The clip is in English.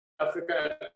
Africa